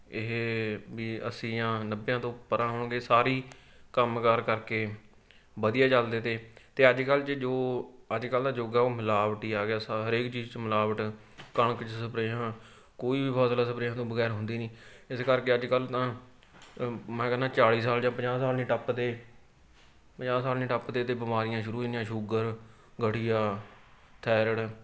ਇਹ ਵੀ ਅੱਸੀਆਂ ਨੱਬਿਆਂ ਤੋਂ ਪਰਾਂ ਹੋਣਗੇ ਸਾਰੇ ਹੀ ਕੰਮ ਕਾਰ ਕਰਕੇ ਵਧੀਆ ਚੱਲਦੇ ਤੇ ਅਤੇ ਅੱਜ ਕੱਲ੍ਹ 'ਚ ਜੋ ਅੱਜ ਕੱਲ੍ਹ ਦਾ ਯੁੱਗ ਆ ਉਹ ਮਿਲਾਵਟੀ ਆ ਗਿਆ ਸ ਹਰੇਕ ਚੀਜ਼ 'ਚ ਮਿਲਾਵਟ ਕਣਕ 'ਚ ਸਪ੍ਰੇਆਂ ਕੋਈ ਵੀ ਫ਼ਸਲ ਸਪ੍ਰੇਆਂ ਤੋਂ ਬਗੈਰ ਹੁੰਦੀ ਨਹੀਂ ਇਸ ਕਰਕੇ ਅੱਜ ਕੱਲ੍ਹ ਤਾਂ ਮੈਂ ਕਹਿੰਦਾ ਚਾਲੀ ਸਾਲ ਜਾਂ ਪੰਜਾਹ ਸਾਲ ਨਹੀਂ ਟੱਪਦੇ ਪੰਜਾਹ ਸਾਲ ਨਹੀਂ ਟੱਪਦੇ ਅਤੇ ਬਿਮਾਰੀਆਂ ਸ਼ੁਰੂ ਇੰਨੀਆਂ ਸ਼ੂਗਰ ਗਠੀਆ ਥੈਰਡ